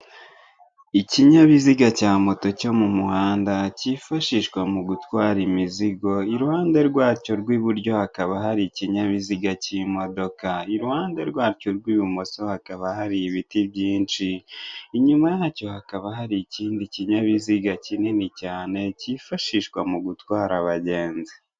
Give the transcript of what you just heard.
Ikinyabiziga cya moto cyo mu muhanda cyifashishwa mu gutwara imizigo, iruhande rwa cyo rw'iburyo hakaba hari ikinyabiziga cy'imodoka iruhande rwa cyo rw'ibumoso hakaba hari ibiti byinshi, inyuma yacyo hakaba hari ikindi kinyabiziga kinini cyane kifashishwa mu gutwara abagenzi.